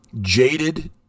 jaded